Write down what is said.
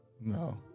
No